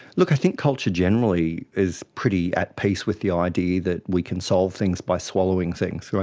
look, i think culture generally is pretty at peace with the idea that we can solve things by swallowing things.